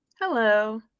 Hello